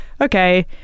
okay